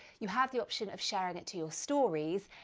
you have the option of sharing it to your stories.